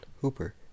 Hooper